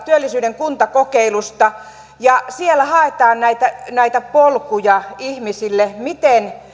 työllisyyden kuntakokeilusta siellä haetaan ihmisille näitä polkuja miten